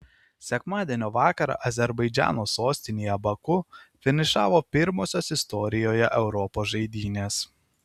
sekmadienio vakarą azerbaidžano sostinėje baku finišavo pirmosios istorijoje europos žaidynės